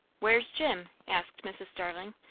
where's jim? asked mrs. starling,